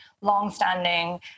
longstanding